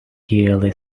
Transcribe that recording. yearly